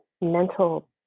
mental